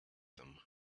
them